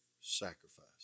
sacrifice